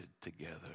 together